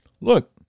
look